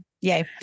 yay